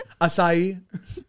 Asai